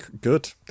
good